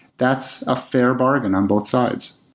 that's a fair bargain on both sides.